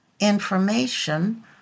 information